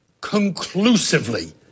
conclusively